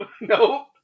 nope